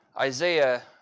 Isaiah